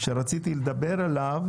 רוצה להתייחס?